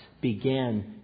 began